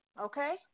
Okay